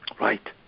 Right